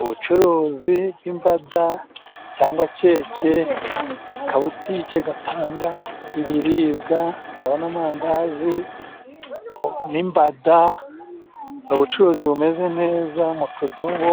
Ubucuruzi bw'imbada cyangwa keke kabutike gatanga ibiribwa, ndabona amandazi n'imbada, ni ubucuruzi bumeze neza mu tudobo